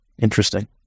Interesting